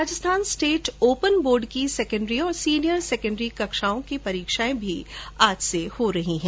Rajasthan state open board की secondary और senior secondary परीक्षाएं भी आज से हो रही हैं